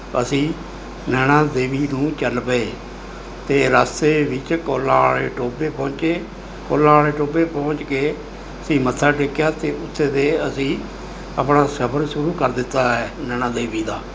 ਅਸੀਂ ਨੈਣਾ ਦੇਵੀ ਨੂੰ ਚੱਲ ਪਏ ਅਤੇ ਰਸਤੇ ਵਿੱਚ ਕੌਲਾਂ ਵਾਲ਼ੇ ਟੋਬੇ ਪਹੁੰਚੇ ਕੌਲਾਂ ਵਾਲ਼ੇ ਟੋਬੇ ਪਹੁੰਚ ਕੇ ਅਸੀਂ ਮੱਥਾ ਟੇਕਿਆ ਅਤੇ ਉੱਥੇ ਦੇ ਅਸੀਂ ਅਪਣਾ ਸਫ਼ਰ ਸ਼ੁਰੂ ਕਰ ਦਿੱਤਾ ਹੈ ਨੈਣਾ ਦੇਵੀ ਦਾ